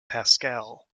pascal